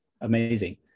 amazing